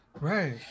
right